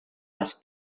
les